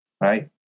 Right